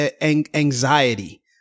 anxiety